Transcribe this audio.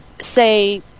say